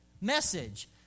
message